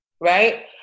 right